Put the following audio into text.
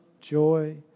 joy